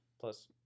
Plus